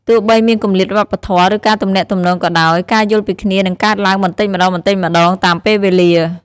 ទោះបីមានគម្លាតវប្បធម៌ ឬការទំនាក់ទំនងក៏ដោយ ការយល់ពីគ្នានឹងកើតឡើងបន្តិចម្ដងៗតាមពេលវេលា។